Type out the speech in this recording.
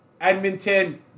Edmonton